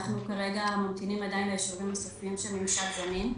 אנחנו ממתינים כרגע לשלבים נוספים של ממשל זמין,